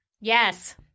Yes